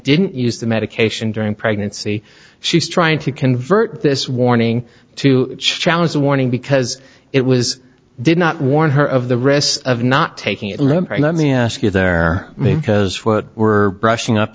didn't use the medication during pregnancy she's trying to convert this warning to challenge the warning because it was did not warn her of the risks of not taking it remembering let me ask you there may because what we're brushing up